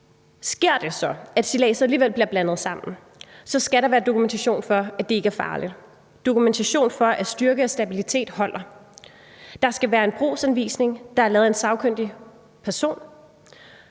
Sker det så, at stilladset alligevel bliver blandet sammen, så skal der være dokumentation for, at det ikke er farligt, altså dokumentation for, at styrke og stabilitet holder. Der skal være en brugsanvisning, der er lavet af en sagkyndig person.